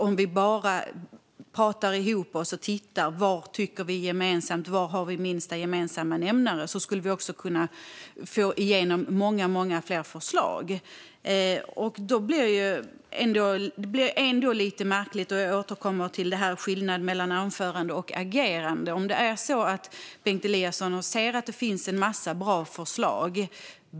Om vi bara pratar ihop oss och tittar på gemensamma åsikter och var vi har minsta gemensamma nämnare skulle vi kunna få igenom många fler förslag. Det blir lite märkligt. Jag återkommer till skillnaden mellan det man säger i ett anförande och hur man agerar.